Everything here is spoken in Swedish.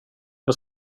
jag